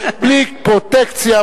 בלי פרוטקציה,